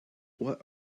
what